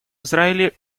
израиле